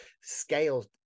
scale